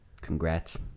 Congrats